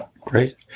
great